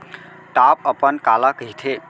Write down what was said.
Top अपन काला कहिथे?